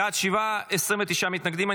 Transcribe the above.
בעד, שבעה, 29 מתנגדים.